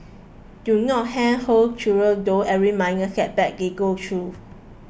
do not handhold children through every minor setback they go through